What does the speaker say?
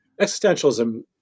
existentialism